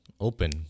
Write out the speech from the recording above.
Open